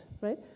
right